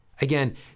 Again